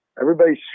Everybody's